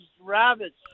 rabbits